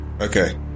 Okay